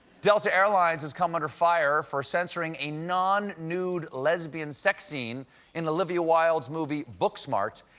delta airlines has come under fire for censoring a non-nude lesbian sex scene in olivia wilde's movie booksmart,